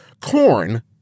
corn